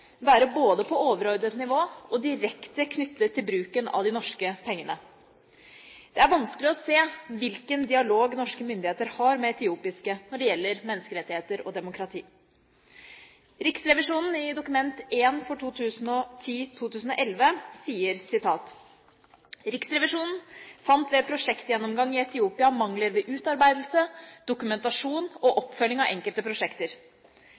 være både på overordnet nivå og direkte knyttet til bruken av de norske pengene. Det er vanskelig å se hvilken dialog norske myndigheter har med etiopiske myndigheter når det gjelder menneskerettigheter og demokrati. Riksrevisjonen sier i Dokument 1 for 2010–2011: «Riksrevisjonen fant ved prosjektgjennomgang i Etiopia mangler ved utarbeidelse, dokumentasjon og oppfølging av enkelte prosjekter.